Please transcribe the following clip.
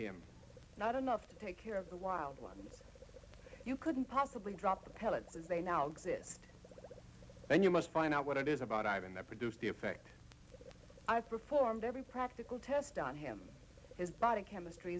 him not enough to take care of the wildlife you couldn't possibly drop the pellets as they now exist and you must find out what it is about ivan that produced the effect i performed every practical test on him his body chemistry